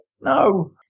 No